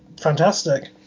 fantastic